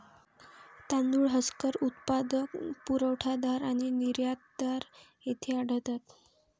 तांदूळ हस्कर उत्पादक, पुरवठादार आणि निर्यातदार येथे आढळतात